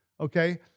Okay